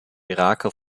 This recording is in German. iraker